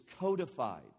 codified